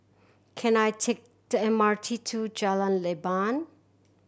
can I take the M R T to Jalan Leban